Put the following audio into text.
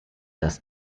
das